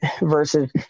versus